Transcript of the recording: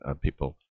People